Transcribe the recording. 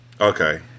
okay